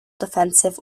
defensive